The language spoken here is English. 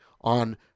on